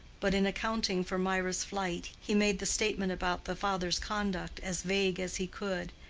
but in accounting for mirah's flight he made the statement about the father's conduct as vague as he could,